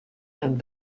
and